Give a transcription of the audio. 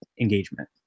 engagement